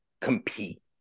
compete